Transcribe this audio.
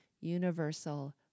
Universal